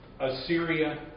Assyria